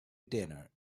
dinner